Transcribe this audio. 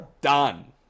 Done